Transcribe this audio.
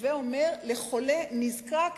הווי אומר לחולה נזקק,